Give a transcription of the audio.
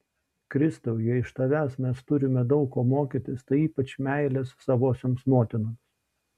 kristau jei iš tavęs mes turime daug ko mokytis tai ypač meilės savosioms motinoms